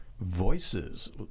voices